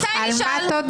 אז מתי נשאל?